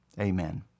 Amen